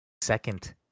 second